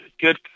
good